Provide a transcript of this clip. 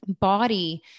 body